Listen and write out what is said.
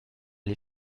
les